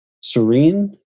serene